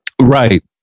Right